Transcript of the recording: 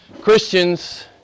Christians